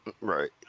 Right